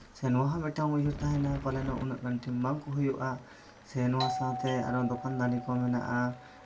ᱥᱮ ᱱᱚᱣᱟ ᱦᱚᱸ ᱢᱤᱫᱴᱟᱝ ᱩᱭᱦᱟᱹᱨ ᱛᱟᱦᱮᱱᱟ ᱯᱟᱞᱮᱱ ᱩᱱᱟᱹᱜ ᱜᱟᱱ ᱴᱤᱢ ᱵᱟᱝᱠᱚ ᱦᱩᱭᱩᱜᱼᱟ ᱥᱮ ᱱᱚᱣᱟ ᱥᱟᱶᱛᱮ ᱟᱨᱚ ᱫᱳᱠᱟᱱ ᱫᱟᱱᱤ ᱠᱚ ᱢᱮᱱᱟᱜᱼᱟ